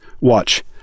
Watch